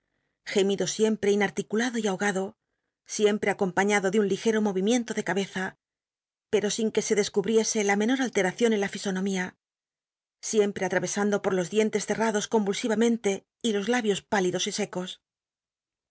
gemido siempre inarticulado y ahogado siempre acompañado de un ligero morimicn to de cabeza pero sin que se descubriese la menor allcaci lll en la fisonomía si mpe at mrcsando po los dientes cer ados conrulsirament c y los labios p ílidos y secos